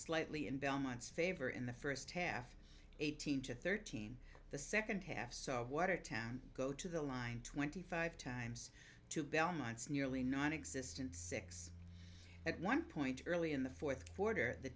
slightly in belmont's favor in the first half eighteen to thirteen the second half saw watertown go to the line twenty five times to belmont's nearly nonexistent six at one point early in the fourth quarter the